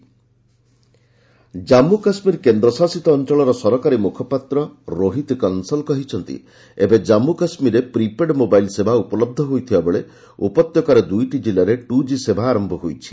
JK internet Jammu Kashmir କେନ୍ଦ୍ରଶାସିତ ଅଞ୍ଚଳର ସରକାରୀ ମୁଖପାତ୍ର ରୋହିତ କଂସଲ୍ କହିଛନ୍ତି ଜନ୍ମୁ କାଶ୍ମୀରେ ପ୍ରି ପେଡ୍ ମୋବାଇଲ୍ ସେବା ଉପଲହ୍ଧ ହୋଇଥିବାବେଳେ ଉପତ୍ୟକାର ଦୁଇଟି କିଲ୍ଲାରେ ଟୁ ଜି ସେବା ଆରମ୍ଭ ହୋଇଛି